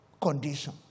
condition